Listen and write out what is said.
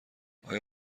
آیا